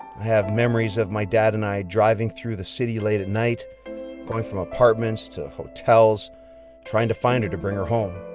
have memories of my dad and i driving through the city late at night going from apartments to hotels trying to find her to bring her home.